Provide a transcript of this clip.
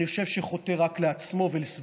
אני חושב שחוטא רק לעצמו ולסביבתו.